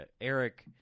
eric